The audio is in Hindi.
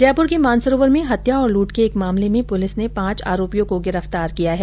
जयपुर के मानसरोवर में हत्या और लूट के एक मामले में पुलिस ने पांच आरोपियों को गिरफ्तार किया हैं